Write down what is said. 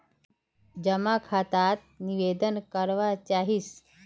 जमा खाता त निवेदन करवा चाहीस?